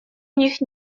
них